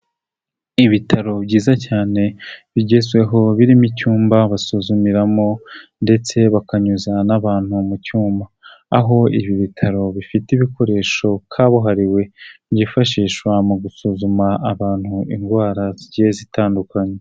Ibitaro byiza cyane bigezweho, birimo icyumba basuzumiramo ndetse bakanyuza n'abantu mu cyuma, aho ibi bitaro bifite ibikoresho kabuhariwe byifashishwa mu gusuzuma abantu indwara zigiye zitandukanye.